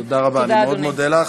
תודה, אדוני.